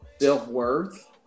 self-worth